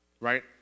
right